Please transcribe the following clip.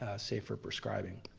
ah safer prescribing.